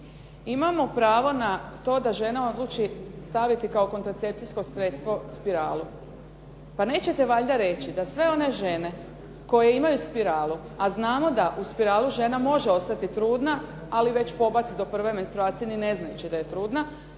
Imamo pravo na to da žena odluči staviti kao kontracepcijsko sredstvo spiralu. Pa nećete valjda reći da sve one žene koje imaju spiralu, a znamo da uz spiralu žena može ostati trudna, ali već pobaci do prve menstruacije ni ne znajući da je trudna.